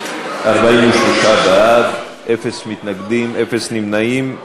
בעד, אין מתנגדים, אין נמנעים,